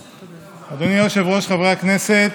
היושב-ראש, חברי הכנסת,